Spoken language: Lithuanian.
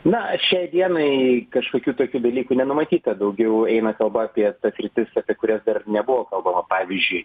na šiai dienai kažkokių tokių dalykų nenumatyta daugiau eina kalba apie tas sritis apie kurias dar nebuvo kalbama pavyzdžiui